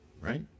right